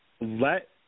Let